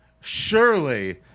surely